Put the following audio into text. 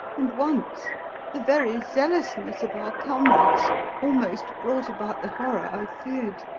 and once the very zealousness of our comrades almost brought about the horror i feared.